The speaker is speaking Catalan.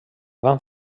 van